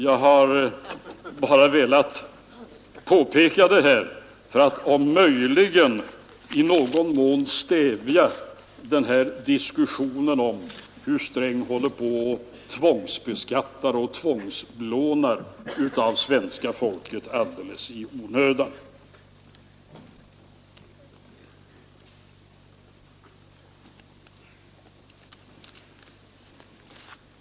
Jag har velat påpeka detta för att om möjligt i någon mån stävja diskussionen om hur Sträng tvångsbeskattar och tvångslånar av svenska folket alldeles i onödan.